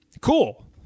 cool